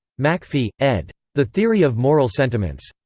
macfie, ed. the theory of moral sentiments.